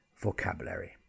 vocabulary